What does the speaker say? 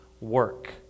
work